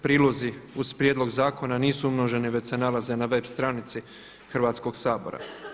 Prilozi uz prijedlog zakona nisu umnoženi već se nalaze na web stranici Hrvatskoga sabora.